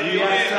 יא בריונים.